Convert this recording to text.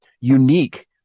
unique